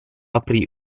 aprí